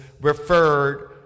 Referred